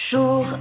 Jour